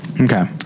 Okay